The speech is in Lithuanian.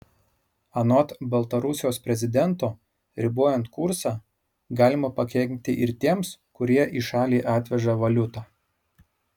anot baltarusijos prezidento ribojant kursą galima pakenkti ir tiems kurie į šalį atveža valiutą